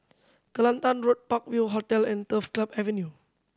Kelantan Road Park View Hotel and Turf Club Avenue